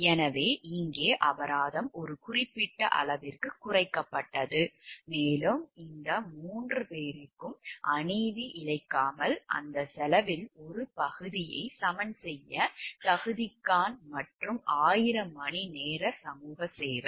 எனவே இங்கே அபராதம் ஒரு குறிப்பிட்ட அளவிற்கு குறைக்கப்பட்டது மேலும் இந்த 3 பேருக்கும் அநீதி இழைக்காமல் அந்த செலவில் ஒரு பகுதியை சமன் செய்ய தகுதிகாண் மற்றும் 1000 மணிநேர சமூக சேவை